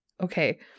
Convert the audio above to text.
Okay